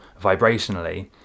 vibrationally